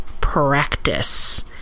practice